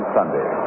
Sunday